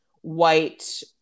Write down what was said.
white